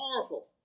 powerful